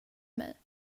mig